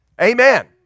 Amen